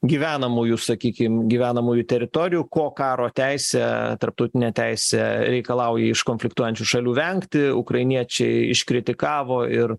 gyvenamųjų sakykim gyvenamųjų teritorijų ko karo teisė tarptautinė teisė reikalauja iš konfliktuojančių šalių vengti ukrainiečiai iškritikavo ir